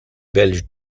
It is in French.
belge